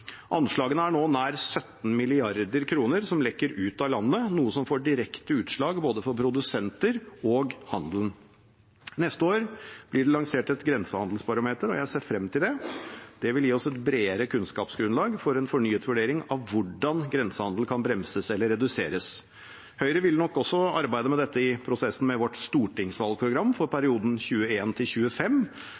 Anslagene er nå at nær 17 mrd. kr lekker ut av landet, noe som får direkte utslag for både produsenter og handel. Neste år blir det lansert et grensehandelsbarometer, og jeg ser frem til det. Det vil gi oss et bredere kunnskapsgrunnlag for en fornyet vurdering av hvordan grensehandel kan bremses eller reduseres. Høyre vil nok også arbeide med dette i prosessen med vårt stortingsvalgprogram for perioden